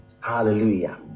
Hallelujah